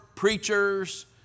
Preachers